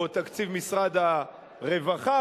או תקציב משרד הרווחה,